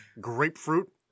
Grapefruit